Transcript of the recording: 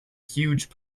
huge